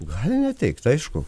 gali neteikt aišku